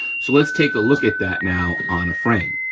so let's take a look at that now on the frame.